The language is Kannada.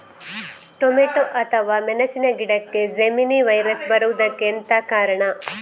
ಟೊಮೆಟೊ ಅಥವಾ ಮೆಣಸಿನ ಗಿಡಕ್ಕೆ ಜೆಮಿನಿ ವೈರಸ್ ಬರುವುದಕ್ಕೆ ಎಂತ ಕಾರಣ?